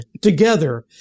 together